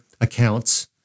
accounts